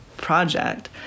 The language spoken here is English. project